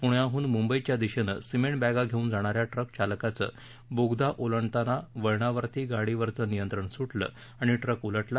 गण्याहन मुंबईच्या दिशेने सिमेंट बाती घेऊन जाणाऱ्या ट्क चालकाचं बोगदा ओलांडताच वळणावर गाडीवरचं नियंत्रण सुटलं आणि ट्क उलटला